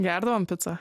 gerdavom picą